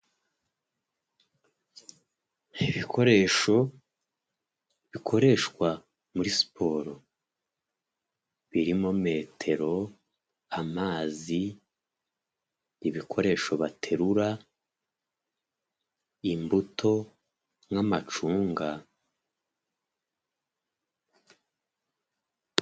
Ibikoresho bikoreshwa muri siporo birimo metero, amazi, ibikoresho baterura, imbuto n'amacunga.